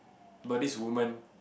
about this woman